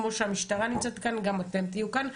כמו שהמשטרה נמצאת כאן, גם אתם תהיו כאן.